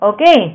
Okay